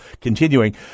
continuing